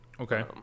Okay